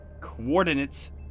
coordinates